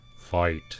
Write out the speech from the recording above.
fight